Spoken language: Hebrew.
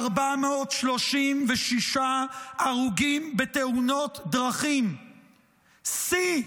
436 הרוגים בתאונות דרכים, שיא,